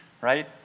right